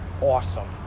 awesome